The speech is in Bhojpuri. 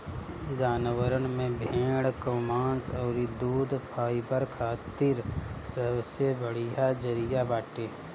जानवरन में भेड़ कअ मांस अउरी दूध फाइबर खातिर सबसे बढ़िया जरिया बाटे